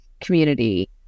community